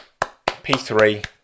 P3